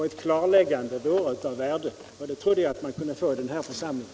Ett klarläggande vore av värde, och det trodde jag att man kunde få i den här församlingen.